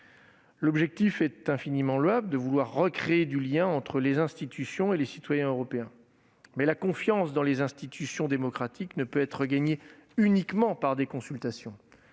élu. Il est infiniment louable de vouloir recréer du lien entre les institutions et les citoyens européens, mais la confiance dans les institutions démocratiques ne peut être regagnée uniquement par des consultations.